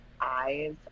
eyes